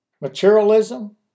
Materialism